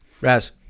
Raz